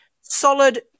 solid